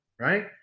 Right